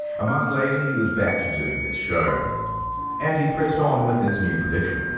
a month later. he was back to doing his show and he pressed on with his new prediction.